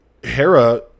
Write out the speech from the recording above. hera